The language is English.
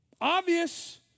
obvious